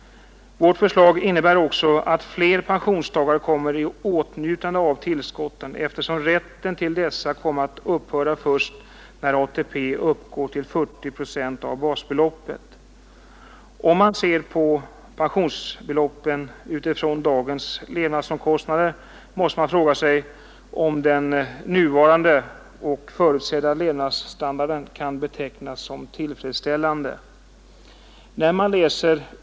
Vårt förslag innebär också att fler pensionstagare kommer i åtnjutande av tillskotten eftersom rätten till dessa skall upphöra först när ATP uppgår till 40 procent av basbeloppet. Om man ser på pensionsbeloppen mot bakgrunden av dagens levnadsomkostnader måste man fråga sig om den nuvarande och förutsedda levnadsstandarden kan betecknas som tillfredsställande.